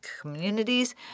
communities